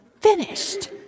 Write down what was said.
finished